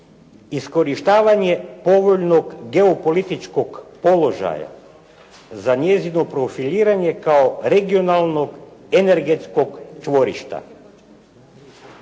"Iskorištavanje povoljnog geopolitičkog položaja za njezino profiliranje kao regionalnog energetskog čvorišta.".